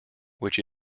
which